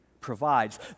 provides